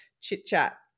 chit-chat